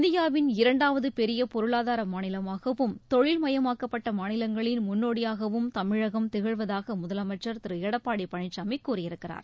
இந்தியாவின் இரண்டாவது பெரிய பொருளாதார மாநிலமாகவும் தொழில்மய மாக்கப்பட்ட மாநிலங்களின் முன்னோடியாகவும் தமிழகம் திகழ்வதாக முதலமைச்ச் திரு எடப்பாடி பழனிசாமி கூறியிருக்கிறார்